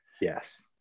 Yes